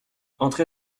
entrer